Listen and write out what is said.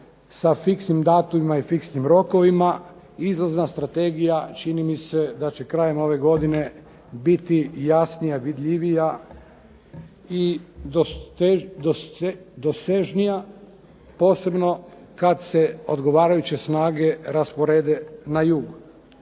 sa fiksnim datumima i fiksnim rokovima. Izlazna strategija čini mi se da će krajem ove godine biti jasnija, vidljivija i dosežnija, posebno kada se odgovarajuće snage rasporede na jug